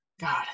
god